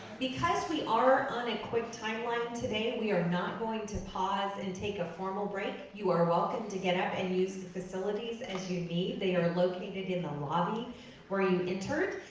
because we are on a quick timeline today, we are not going to pause and take a formal break. you are welcome to get up and use the facilities as you need. they are located in the lobby where you entered.